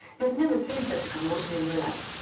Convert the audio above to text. you have never seen such a commotion in your life.